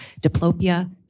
diplopia